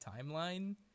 timeline